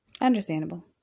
Understandable